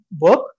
work